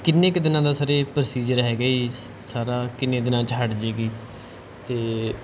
ਕਿੰਨੇ ਕੁ ਦਿਨਾਂ ਦਾ ਸਰ ਇਹ ਪ੍ਰੋਸੀਜਰ ਹੈਗਾ ਜੀ ਸਾਰਾ ਕਿੰਨੇ ਦਿਨਾਂ 'ਚ ਹਟ ਜਾਵੇਗੀ ਅਤੇ